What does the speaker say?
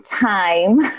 time